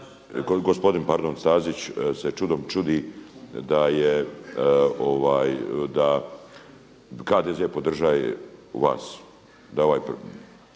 pardon Stazić se čudom čudi da HDZ podržava vas,